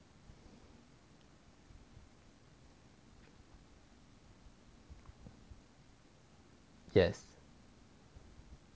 yes